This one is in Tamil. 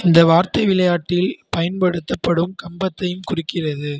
இந்த வார்த்தை விளையாட்டில் பயன்படுத்தப்படும் கம்பத்தையும் குறிக்கிறது